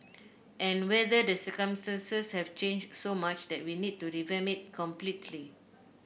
and whether the circumstances have changed so much that we need to revamp it completely